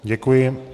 Děkuji.